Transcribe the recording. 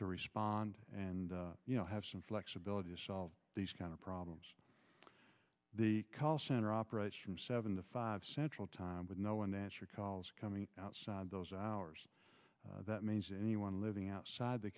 to respond and you know have some flexibility to solve these kind of problems the call center operates from seven to five central time with no one to answer calls coming outside those hours that means anyone living outside the